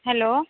hello